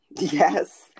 Yes